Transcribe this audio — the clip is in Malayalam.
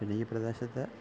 ഈ പ്രദേശത്ത്